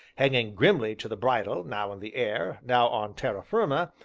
hanging grimly to the bridle, now in the air, now on terra firma,